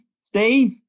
Steve